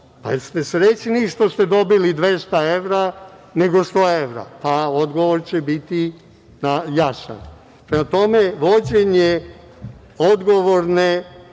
– jeste li srećni što ste dobili 200 evra nego 100 evra, a odgovor će biti jasan. Prema tome, vođenje odgovorne